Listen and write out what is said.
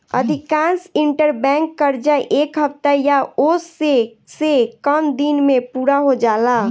अधिकांश इंटरबैंक कर्जा एक हफ्ता या ओसे से कम दिन में पूरा हो जाला